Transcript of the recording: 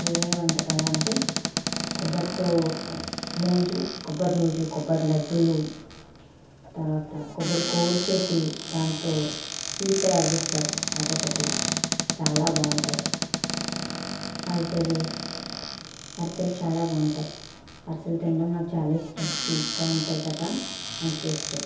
ఏ ఏ వంటకాలు అంటే కొబ్బరితో నూజు కొబ్బరి నూజు కొబ్బరి లడ్డూలు తరువాత కొబ్బరి కోరు చేసి దాంతో స్వీట్ తయారు చేస్తారు అదొకటి చాలా బాగుంటాయి అరిసెలు అరిసెలు చాలా బాగుంటాయి అరిసెలు తినడం నాకు చాలా ఇష్టం స్వీట్గా ఉంటాయి కదా అందుకే ఇష్టం